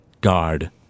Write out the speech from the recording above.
guard